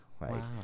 Wow